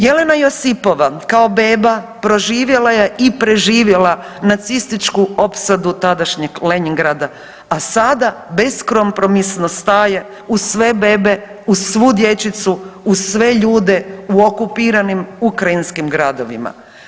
Jelena Josipova kao beba proživjela je i preživjela nacističku opsadu tadašnjeg Lenjingrada, a sada beskompromisno staje uz sve bebe, uz svu dječicu, uz sve ljude u okupiranim ukrajinskim gradovima.